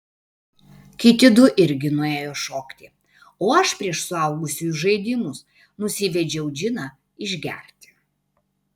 kiti du irgi nuėjo šokti o aš prieš suaugusiųjų žaidimus nusivedžiau džiną išgerti